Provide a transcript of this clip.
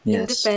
Yes